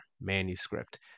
manuscript